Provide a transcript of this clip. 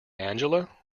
angela